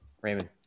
Raymond